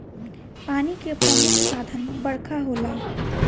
पानी के प्रमुख साधन बरखा होला